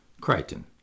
Crichton